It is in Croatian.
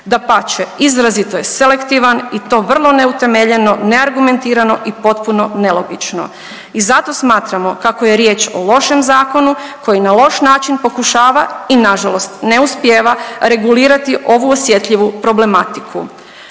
Dapače, izrazito je selektivan i to vrlo neutemeljeno, neargumentirano i potpuno nelogično. I zato smatramo kako je riječ o lošem zakonu koji na loš način pokušava i na žalost ne uspijeva regulirati ovu osjetljivu problematiku.